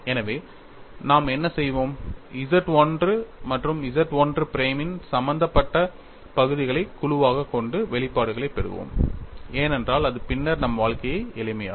எனவே நாம் என்ன செய்வோம் Z 1 மற்றும் Z 1 பிரைம் சம்பந்தப்பட்ட பகுதிகளை குழுவாகக் கொண்டு வெளிப்பாடுகளைப் பெறுவோம் ஏனென்றால் அது பின்னர் நம் வாழ்க்கையை எளிமையாக்கும்